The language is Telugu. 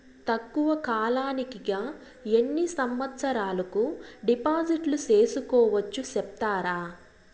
తక్కువ కాలానికి గా ఎన్ని సంవత్సరాల కు డిపాజిట్లు సేసుకోవచ్చు సెప్తారా